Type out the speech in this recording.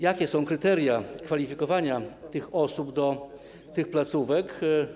Jakie są kryteria kwalifikowania tych osób do tych placówek?